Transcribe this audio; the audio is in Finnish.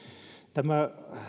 tämä